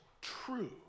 true